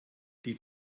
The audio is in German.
die